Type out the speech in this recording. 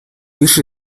于是